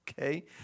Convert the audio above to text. Okay